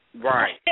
right